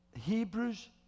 Hebrews